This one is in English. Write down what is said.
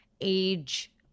age